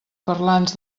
parlants